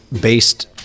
based